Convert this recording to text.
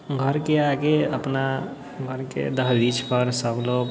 घरके आगे अपना घरके दहलीजपर सब लोग